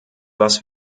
was